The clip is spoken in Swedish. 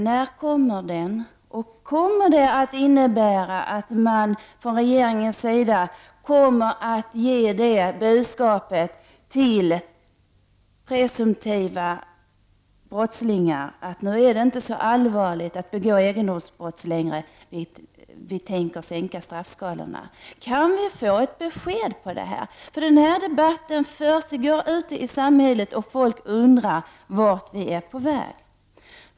När kommer förslaget, och kommer det att innebära att man från regeringens sida kommer att ge presumtiva brottslingar budskapet att det inte är så allvarligt att begå egendomsbrott längre? Vi tänker sänka straffskalorna. Kan vi få ett besked om detta? Den här debatten försiggår ute i samhället och människor undrar vart vi är på väg.